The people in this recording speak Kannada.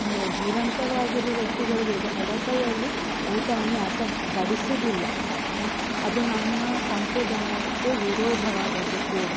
ಅಂದರೆ ಜೀವಂತವಾಗಿರುವ ವ್ಯಕ್ತಿಗಳಿಗೆ ಎದ್ ಎಡಕೈಯಲ್ಲಿ ಊಟವನ್ನು ಯಾರು ಸಹ ಬಡಿಸುವುದಿಲ್ಲ ಅದು ನಮ್ಮ ಸಂಪ್ರದಾಯಕ್ಕೆ ವಿರೋಧವಾದದ್ದು ಕೂಡ